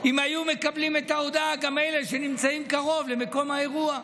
אם היו מקבלים את ההודעה גם אלה שנמצאים קרוב למקום האירוע.